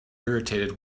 irritated